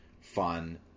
fun